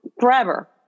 forever